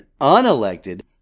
unelected